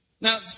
Now